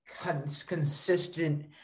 consistent